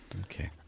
Okay